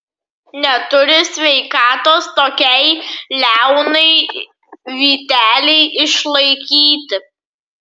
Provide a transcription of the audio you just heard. neturi sveikatos tokiai liaunai vytelei išlaikyti